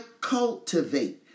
cultivate